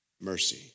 Mercy